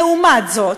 לעומת זאת,